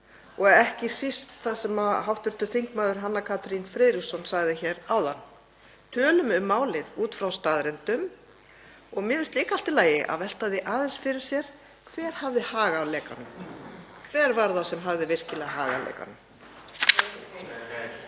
og ekki síst það sem hv. þm. Hanna Katrín Friðriksson sagði hér áðan: Tölum um málið út frá staðreyndum. Mér finnst líka allt í lagi að velta því aðeins fyrir sér hver hafði hag á lekanum. Hver var það sem hafði virkilega hag af lekanum?